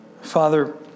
Father